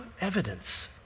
evidence